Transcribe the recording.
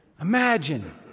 Imagine